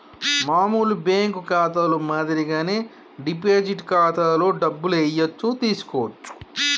మామూలు బ్యేంకు ఖాతాలో మాదిరిగానే డిపాజిట్ ఖాతాలో డబ్బులు ఏయచ్చు తీసుకోవచ్చు